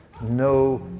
no